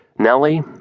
Nellie